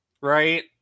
right